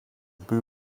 boo